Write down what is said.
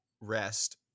rest